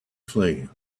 flee